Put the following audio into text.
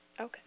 Okay